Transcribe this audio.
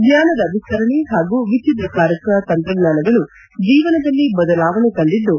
ಜ್ವಾನದ ವಿಸ್ತರಣೆ ಹಾಗೂ ವಿಚ್ಹಿದ್ರಕಾರಕ ತಂತ್ರಜ್ಞಾನಗಳು ಜೀವನದಲ್ಲಿ ಬದಲಾವಣೆ ತಂದಿದ್ದು